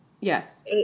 Yes